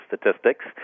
statistics